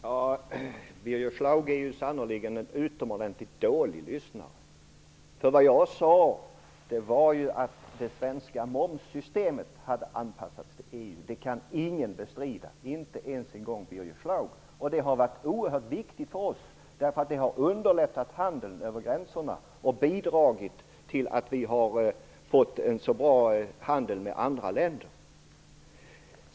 Herr talman! Birger Schlaug är sannerligen en utomordentligt dålig lyssnare. Vad jag sade var att det svenska momssystemet hade anpassats till EU. Det kan ingen bestrida, inte ens en gång Birger Schlaug. Det har varit oerhört viktigt för oss därför att det har underlättat handeln över gränserna och bidragit till att vi har fått en så bra handel med andra länder.